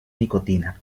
nicotina